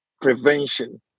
prevention